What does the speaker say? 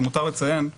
למותר לציין,